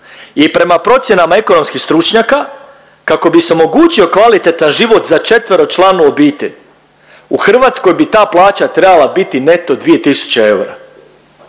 I prema procjenama ekonomskih stručnjaka kako bi se omogućio kvalitetan život za četveročlanu obitelj u Hrvatskoj bi ta plaća trebala biti neto dvije